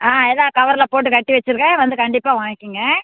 ஆ எல்லாம் கவரில் போட்டு கட்டி வச்சுருக்கேன் வந்து கண்டிப்பாக வாங்கிங்க